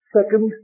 Second